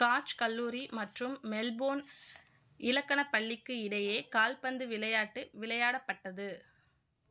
Scotch கல்லூரி மற்றும் Melbourne இலக்கணப் பள்ளிக்கு இடையே கால்பந்து விளையாட்டு விளையாடப்பட்டது